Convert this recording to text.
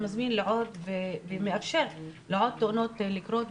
זה מזמין ומאפשר לעוד תאונות לקרות,